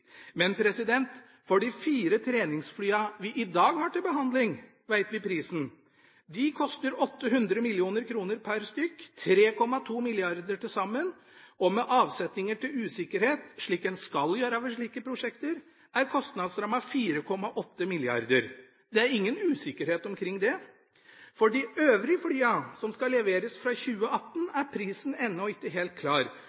Men for de fire treningsflyene vi i dag har til behandling, veit vi prisen. De koster 800 mill. kr per stykk, 3,2 mrd. kr til sammen, og med avsettinger til usikkerhet – slik en skal gjøre ved slike prosjekter – er kostnadsrammen 4,8 mrd. kr. Det er ingen usikkerhet omkring det. For de øvrige flyene, som skal leveres fra 2018,